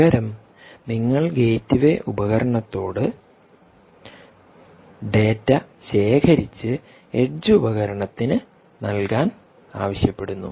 പകരം നിങ്ങൾ ഗേറ്റ്വേ ഉപകരണത്തോട് ഡാറ്റ ശേഖരിച് എഡ്ജ് ഉപകരണത്തിന് നൽകാൻ ആവശ്യപ്പെടുന്നു